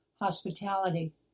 hospitality